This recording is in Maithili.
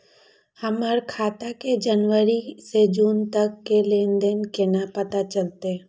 हमर खाता के जनवरी से जून तक के लेन देन केना पता चलते?